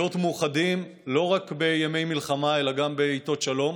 להיות מאוחדים לא רק בימי מלחמה אלא גם בעיתות שלום,